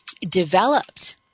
developed